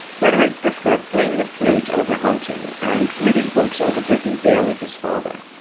frederick preferred playing the flute over hunting and reading books over drinking beer with his father.